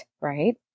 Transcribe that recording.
Right